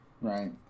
Right